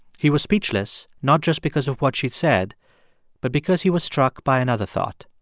he was speechless, not just because of what she'd said but because he was struck by another thought.